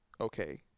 okay